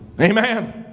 Amen